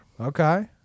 okay